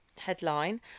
headline